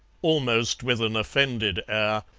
almost with an offended air,